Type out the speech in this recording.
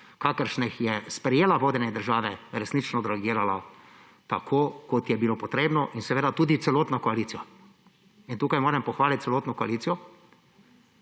kakršnih je sprejela vodenje države, resnično odreagirala tako, kot je bilo potrebno, in seveda tudi celotna koalicija. Tukaj moram pohvaliti celotno koalicijo,